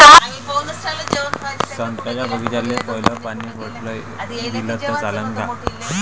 संत्र्याच्या बागीचाले पयलं पानी पट दिलं त चालन का?